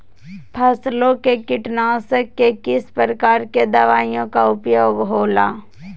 फसलों के कीटनाशक के किस प्रकार के दवाइयों का उपयोग हो ला?